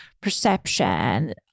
perception